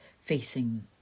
facing